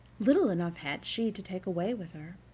little enough had she to take away with her.